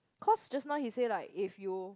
cause just now he say like if you